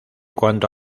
cuanto